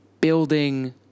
building